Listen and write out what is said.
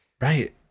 Right